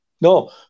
No